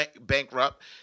bankrupt